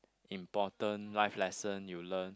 important life lesson you learn